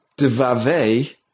devave